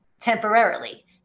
temporarily